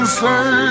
say